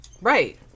right